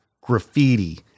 graffiti